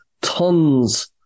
tons